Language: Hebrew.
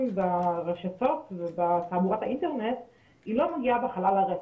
ברשתות ובאתרי האינטרנט לא מגיע בחלל ריק.